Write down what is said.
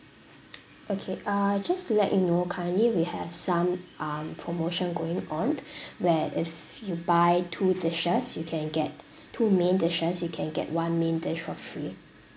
okay uh just to let you know currently we have some um promotion going on where if you buy two dishes you can get two main dishes you can get one main dish for free